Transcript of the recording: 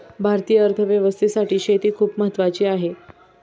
भारतीय अर्थव्यवस्थेसाठी शेती खूप महत्त्वाची आहे